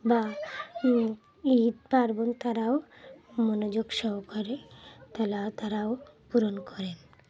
বা ঈদ পার্বণ তারাও মনোযোগ সহকারে তারা তারাও পূরণ করেন